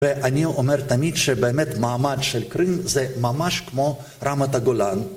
ואני אומר תמיד שבאמת מעמד של קרים זה ממש כמו רמת הגולן.